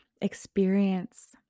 experience